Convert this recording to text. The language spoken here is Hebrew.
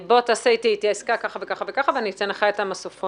תעשה אתי עסקה כך וכך ואני אתן לך את המסוף.